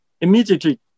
immediately